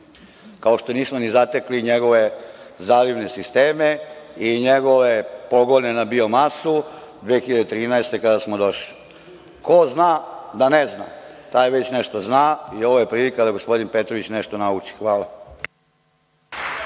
kao što nismo ni zatekli njegove zalivne sisteme i njegove pogone na biomasu 2013. godine kada smo došli. Ko zna da ne zna, taj već nešto zna i ovo je prilika da gospodin Petrović nešto nauči. Hvala.(Dušan